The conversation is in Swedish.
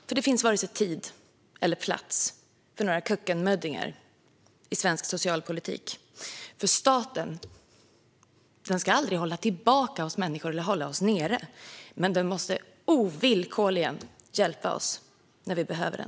För det finns varken tid eller plats för några kökkenmöddingar i svensk socialpolitik. Staten ska aldrig hålla människor tillbaka eller nere, men den måste ovillkorligen hjälpa oss när vi behöver den.